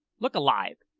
look alive!